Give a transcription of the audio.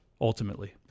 ultimately